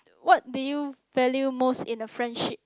what do you value most in a friendship